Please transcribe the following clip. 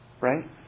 Right